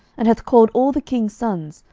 and hath called all the king's sons,